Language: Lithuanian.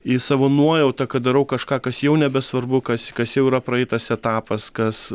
į savo nuojautą kad darau kažką kas jau nebesvarbu kas kas jau yra praeitas etapas kas